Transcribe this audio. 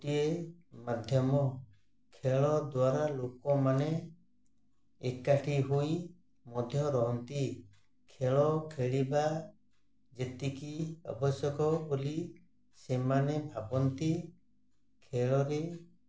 ଗୋଟିଏ ମାଧ୍ୟମ ଖେଳ ଦ୍ୱାରା ଲୋକମାନେ ଏକାଠି ହୋଇ ମଧ୍ୟ ରହନ୍ତି ଖେଳ ଖେଳିବା ଯେତିକି ଆବଶ୍ୟକ ବୋଲି ସେମାନେ ଭାବନ୍ତି ଖେଳରେ